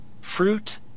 fruit